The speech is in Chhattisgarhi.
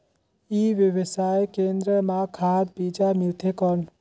ई व्यवसाय केंद्र मां खाद बीजा मिलथे कौन?